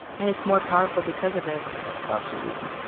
and it's more powerful because of it absolutely.